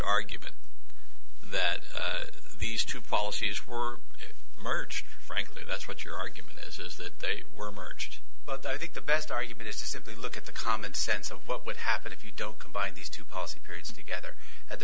argument that these two policies were merged frankly that's what your argument is that they were merged but i think the best argument is to simply look at the common sense of what would happen if you don't combine these two policy periods together a